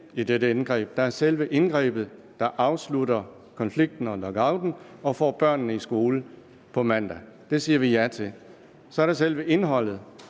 i dette indgreb. Der er selve indgrebet, der afslutter konflikten og lockouten og får børnene i skole på mandag. Det siger vi ja til. Så er der selve indholdet,